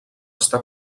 està